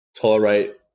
tolerate